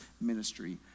ministry